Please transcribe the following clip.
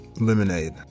lemonade